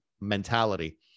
mentality